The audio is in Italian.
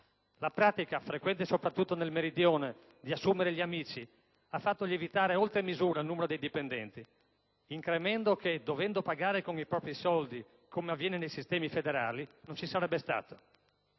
La pratica, frequente soprattutto nel Meridione, di assumere gli amici ha fatto lievitare oltre misura il numero dei dipendenti. Si tratta di un incremento che, dovendo pagare con i propri soldi, come avviene nei sistemi federali, non ci sarebbe stato.